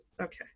okay